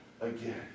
again